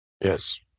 Yes